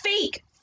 fake